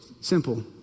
simple